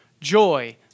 joy